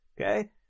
okay